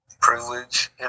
privilege